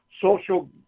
social